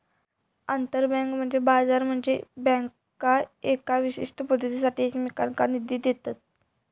आंतरबँक कर्ज बाजार म्हनजे बँका येका विशिष्ट मुदतीसाठी एकमेकांनका निधी देतत